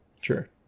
sure